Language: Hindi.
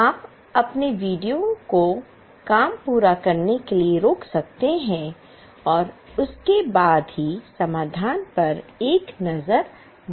आप अपने वीडियो को काम पूरा करने के लिए रोक सकते हैं और उसके बाद ही समाधान पर एक नज़र डाल सकते हैं